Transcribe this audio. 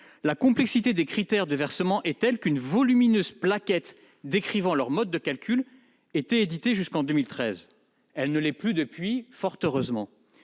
La complexité des critères de versement est telle qu'« une volumineuse plaquette décrivant leur mode de calcul » était éditée jusqu'en 2013. Elle ne l'est plus depuis, fort heureusement.